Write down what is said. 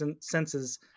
senses